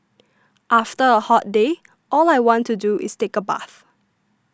after a hot day all I want to do is take a bath